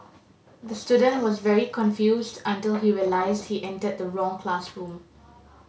the student was very confused until he realised he entered the wrong classroom